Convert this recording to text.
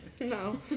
no